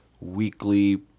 weekly